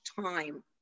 time